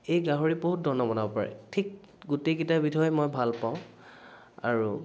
এই গাহৰি বহুত ধৰণৰ বনাব পাৰি ঠিক গোটেইকেইটা বিধৰে মই ভাল পাওঁ আৰু